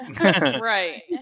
Right